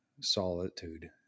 solitude